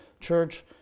church